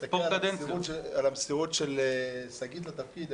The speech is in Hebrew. מסתכל על המסירות של שגית לתפקיד,